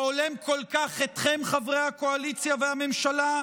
שהולם כל כך אתכם, חברי הקואליציה והממשלה,